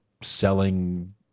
selling